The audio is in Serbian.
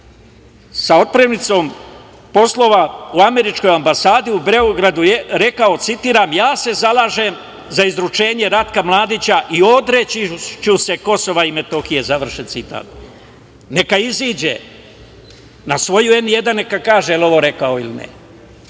sa otpremnicom poslova u američkoj ambasadi u Beogradu rekao: „Ja se zalažem za izručenje Ratka Mladića i odrećiću se Kosova i Metohije“.Neka iziđe na svoju N1 i neka kaže da li je ovo rekao ili ne.